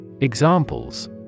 Examples